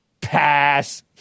Pass